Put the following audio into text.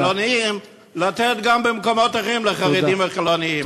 ולחילונים, לתת גם במקומות אחרים לחרדים וחילונים.